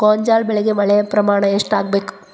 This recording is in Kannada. ಗೋಂಜಾಳ ಬೆಳಿಗೆ ಮಳೆ ಪ್ರಮಾಣ ಎಷ್ಟ್ ಆಗ್ಬೇಕ?